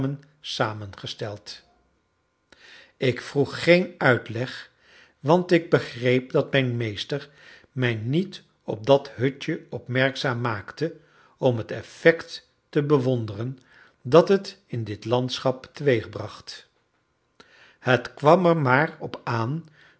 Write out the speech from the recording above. samengesteld ik vroeg geen uitleg want ik begreep dat mijn meester mij niet op dat hutje opmerkzaam maakte om het effect te bewonderen dat het in dit landschap teweegbracht het kwam er maar op aan